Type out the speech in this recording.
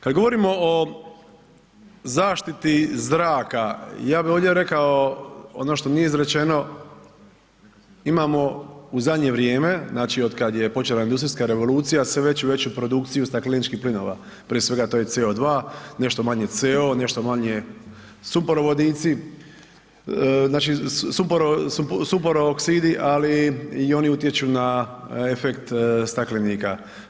Kad govorimo zaštiti zraka, ja bi ovdje rekao, ono što nije izrečeno, imamo u zadnje vrijeme, znači otkad je počela industrijska revolucija sve veću i veću produkcijsku stakleničkih plinova, prije svega to je CO2, nešto manje CO, nešto manje sumporovodici, znači sumpor oksidi ali i oni utječu na efekt staklenika.